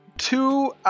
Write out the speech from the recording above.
Two